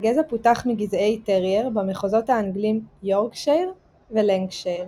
הגזע פותח מגזעי טרייר במחוזות האנגלים 'יורקשייר' ו'לנקשייר'.